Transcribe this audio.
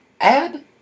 Add